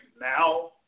now